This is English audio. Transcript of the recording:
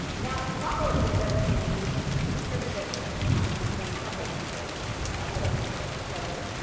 now following the seventeen eighty s came a period that obviously we don't cover in this course. my other lecture course covers it,